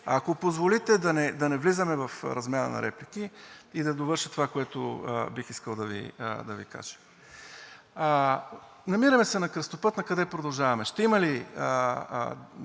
Ако позволите – да не влизаме в размяна на реплики и да довърша това, което бих искал да Ви кажа. Намираме се на кръстопът: накъде продължаваме? Ще има ли